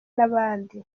n’abandi